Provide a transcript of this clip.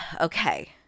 Okay